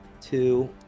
Two